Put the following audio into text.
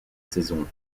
saison